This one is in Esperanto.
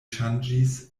ŝanĝis